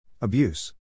Abuse